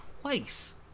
twice